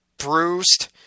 bruised